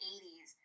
80s